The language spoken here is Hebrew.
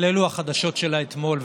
אבל אלו החדשות של האתמול.